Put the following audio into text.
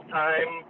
time